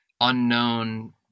unknown